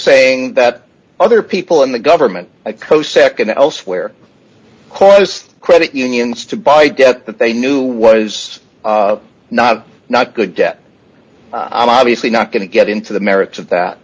saying that other people in the government close nd elsewhere because credit unions to buy debt that they knew was not not good debt i'm obviously not going to get into the merits of that